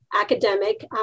academic